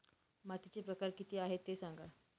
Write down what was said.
मातीचे प्रकार किती आहे ते सांगा